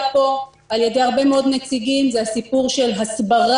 פה על ידי הרבה נציגים זה הסיפור של הסברה,